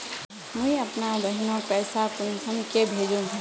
मुई अपना बहिनोक पैसा कुंसम के भेजुम?